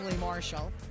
Marshall